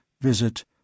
visit